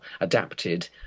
adapted